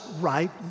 right